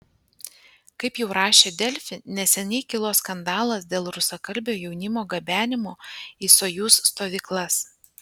kaip jau rašė delfi neseniai kilo skandalas dėl rusakalbio jaunimo gabenimo į sojuz stovyklas